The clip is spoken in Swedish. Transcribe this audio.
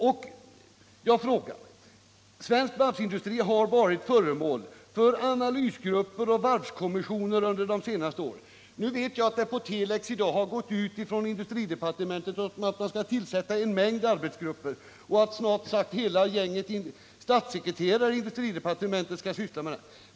Svensk varvsindustri har under de senaste åren varit föremål för flera undersökningar av analysgrupper och varvskommissioner. Nu vet jag att det på telex i dag från industridepartementet har gått ut ett meddelande om att man skall tillsätta en mängd arbetsgrupper. Snart sagt hela gänget statssekreterare i industridepartementet skall syssla med den här saken.